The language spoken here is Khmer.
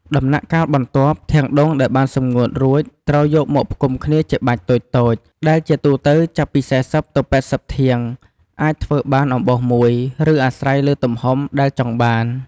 ដំណាក់កាលបន្ទាប់ ធាងដូងដែលបានសម្ងួតរួច ត្រូវយកមកផ្ដុំគ្នាជាបាច់តូចៗ ដែលជាទូទៅចាប់ពី ៤០ ទៅ ៨០ ធាង អាចធ្វើបានអំបោសមួយ ឬអាស្រ័យលើទំហំដែលចង់បាន។